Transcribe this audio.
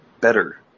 better